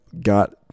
got